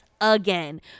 again